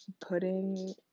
putting